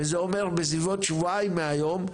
וזה אומר בסביבות שבועיים מהיום,